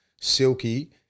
silky